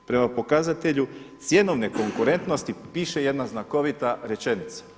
Prema pokazatelju cjenovne konkurentnosti piše jedna znakovita rečenica.